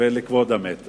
ולכבוד המת.